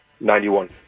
Ninety-one